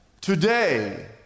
Today